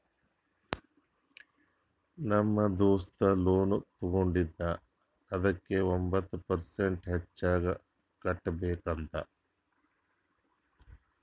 ನಮ್ ದೋಸ್ತ ಲೋನ್ ತಗೊಂಡಿದ ಅದುಕ್ಕ ಒಂಬತ್ ಪರ್ಸೆಂಟ್ ಹೆಚ್ಚಿಗ್ ಕಟ್ಬೇಕ್ ಅಂತ್